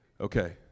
Okay